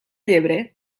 llebre